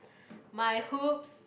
my hoops